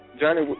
Johnny